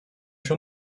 się